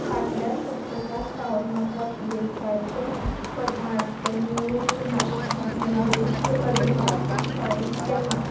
फाटल्या सप्तका सावन म्हाका पियेवपाचे पधार्थ मेळूंक ना डिलिवरीची अदमास तारीक केन्ना